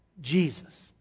Jesus